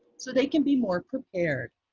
so they can be more prepared.